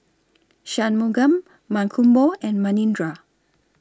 Shunmugam Mankombu and Manindra